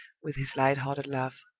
with his lighthearted laugh.